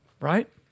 right